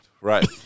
right